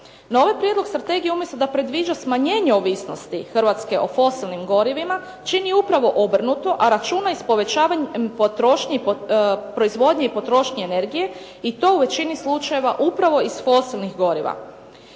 No, ovaj prijedlog strategije umjesto da predviđa smanjenje ovisnosti Hrvatske o fosilnim gorivima, čini upravo obrnuto, a računa i s povećavanjem proizvodnje i potrošnje i to u većini slučajeva upravo iz fosilnih goriva.